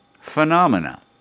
Phenomena